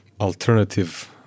alternative